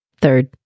Third